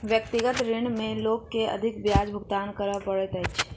व्यक्तिगत ऋण में लोक के अधिक ब्याज भुगतान करय पड़ैत छै